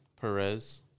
Perez